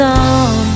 on